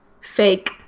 fake